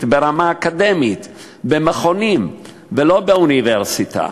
ברמה אקדמית במכונים ולא באוניברסיטה.